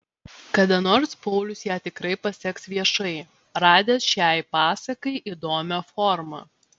kada nors paulius ją tikrai paseks viešai radęs šiai pasakai įdomią formą